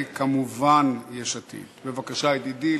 כמובן מיש עתיד, בבקשה, ידידי.